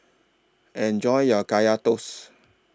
Enjoy your Kaya Toast